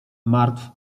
martw